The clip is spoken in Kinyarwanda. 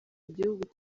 igihugu